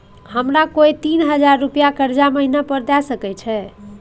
हमरा कोय तीन हजार रुपिया कर्जा महिना पर द सके छै?